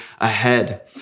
ahead